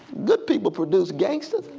good people produce gangsters.